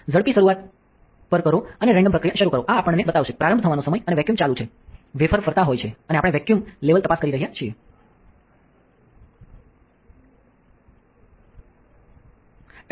ઝડપી શરૂઆત પર કરો અને રેન્ડમ પ્રક્રિયા શરૂ કરો આ આપણને બતાવશે પ્રારંભ થવાનો સમય અને વેક્યૂમ ચાલુ છેવેફર ફરતા હોય છે અને આપણે વેક્યૂમ લેવલ તપાસ કરી રહ્યા છીએ છે